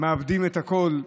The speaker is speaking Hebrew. מאבדים את הכול,